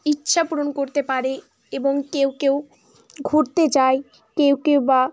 ইচ্ছা পূরণ করতে পারে এবং কেউ কেউ ঘুরতে যায় কেউ কেউ বা